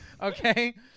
Okay